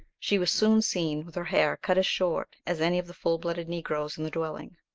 she was soon seen with her hair cut as short as any of the full-blooded negroes in the dwelling.